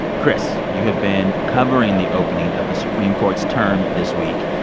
chris, you have been covering the opening of the supreme court's term this week.